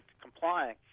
complying